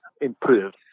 improved